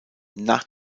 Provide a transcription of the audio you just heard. nach